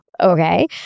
Okay